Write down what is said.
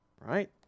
right